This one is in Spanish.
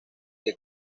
que